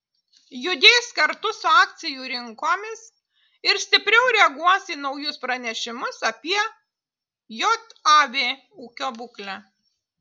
judės kartu su akcijų rinkomis ir stipriau reaguos į naujus pranešimus apie jav ūkio būklę